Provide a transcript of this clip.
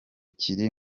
kiri